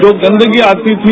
जो गंदगी आती थी